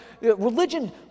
religion